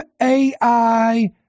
AI